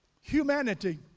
Humanity